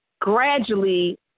gradually